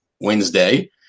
Wednesday